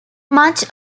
much